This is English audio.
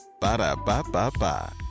Ba-da-ba-ba-ba